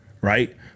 right